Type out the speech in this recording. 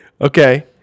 Okay